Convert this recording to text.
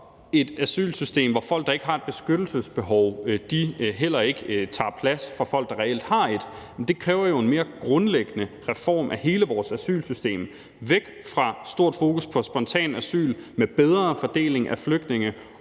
et asylsystem, hvor folk, der ikke har et beskyttelsesbehov, ikke tager plads for folk, der reelt har et beskyttelsesbehov, kræver jo en mere grundlæggende reform af hele vores asylsystem. Vi skal væk fra at have et stort fokus på spontan asyl med bedre fordeling af flygtninge